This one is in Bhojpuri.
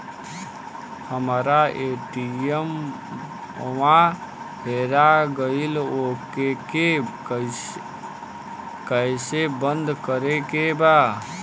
हमरा ए.टी.एम वा हेरा गइल ओ के के कैसे बंद करे के बा?